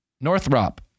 Northrop